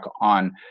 on